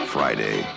Friday